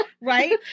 Right